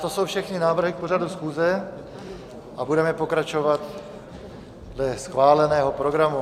To jsou všechny návrhy k pořadu schůze a budeme pokračovat dle schváleného programu.